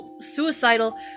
suicidal